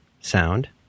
sound